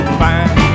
fine